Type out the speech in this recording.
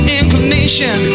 inclination